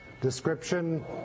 description